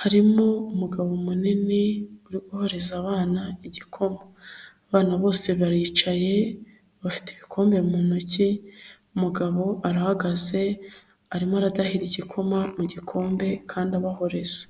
harimo umugabo munini, uri guhoreza abana igikoma, abana bose baricaye bafite ibikombe mu ntoki, umugabo arahagaze, arimo aradahira igikoma mu gikombe kandi abahoriza.